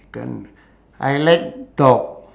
can't I like dog